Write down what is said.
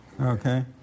Okay